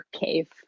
cave